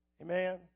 Amen